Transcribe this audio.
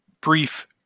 brief